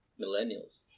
millennials